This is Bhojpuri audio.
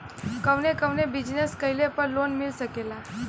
कवने कवने बिजनेस कइले पर लोन मिल सकेला?